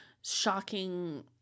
shocking